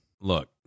Look